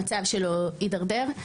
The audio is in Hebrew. המצב שלו יידרדר,